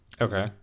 Okay